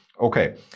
okay